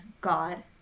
God